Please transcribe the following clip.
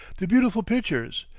the beautiful pitchers,